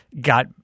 got